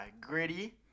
Gritty